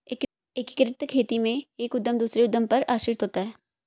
एकीकृत खेती में एक उद्धम दूसरे उद्धम पर आश्रित होता है